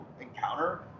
encounter